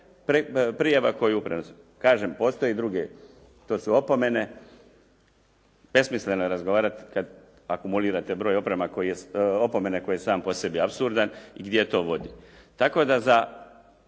se ne razumije./… Kažem, postoje druge. To su opomene. Besmisleno je razgovarati kad akumulirate broj opomena koji je sam po sebi apsurdan. I gdje to vodi? Tako da za